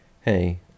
hey